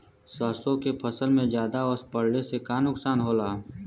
सरसों के फसल मे ज्यादा ओस पड़ले से का नुकसान होला?